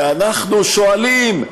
ואנחנו שואלים: